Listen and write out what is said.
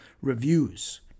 reviews